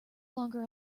longer